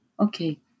Okay